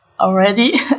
already